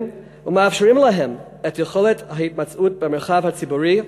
ומאפשרים להם את יכולת ההתמצאות במרחב הציבורי.